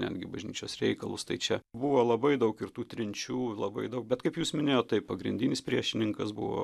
netgi bažnyčios reikalus tai čia buvo labai daug ir tų trinčių labai daug bet kaip jūs minėjot tai pagrindinis priešininkas buvo